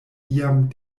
iam